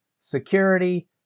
security